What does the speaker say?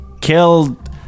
Killed